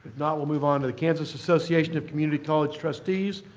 not, we'll move on to the kansas association of community college trustees.